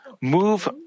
move